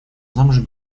замуж